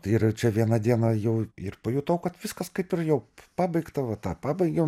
tai yra čia vieną dieną jau ir pajutau kad viskas kaip ir jau pabaigta va tą pabaigiau